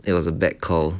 there was a bad call